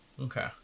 Okay